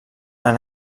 han